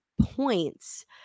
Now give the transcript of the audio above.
points